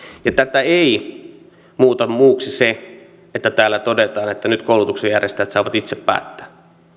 ja tätä ei muuta muuksi se että täällä todetaan että nyt koulutuksen järjestäjät saavat itse päättää